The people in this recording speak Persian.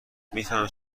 میفهمی